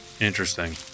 Interesting